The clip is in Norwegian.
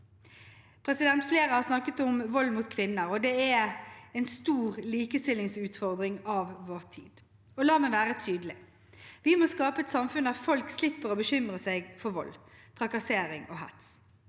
framover. Flere har snakket om vold mot kvinner, og det er en stor likestillingsutfordring i vår tid. La meg være tydelig: Vi må skape et samfunn der folk slipper å bekymre seg for vold, trakassering og hets.